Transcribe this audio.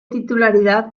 titularidad